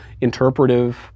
interpretive